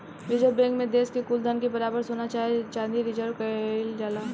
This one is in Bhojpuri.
रिजर्व बैंक मे देश के कुल धन के बराबर सोना चाहे चाँदी रिजर्व केइल जाला